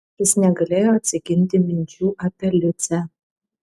jis negalėjo atsiginti minčių apie liucę